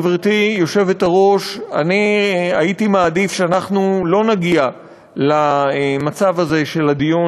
גברתי היושבת-ראש: אני הייתי מעדיף שאנחנו לא נגיע למצב הזה של הדיון,